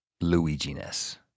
Luigi-ness